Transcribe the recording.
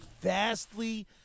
vastly